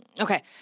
Okay